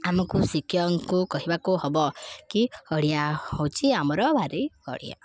ଆମକୁ ଶିକ୍ଷକଙ୍କୁ କହିବାକୁ ହବ କି ଓଡ଼ିଆ ହେଉଛି ଆମର ଭାରି ବଢ଼ିଆ